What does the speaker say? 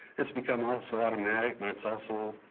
it's become also automatic and it's also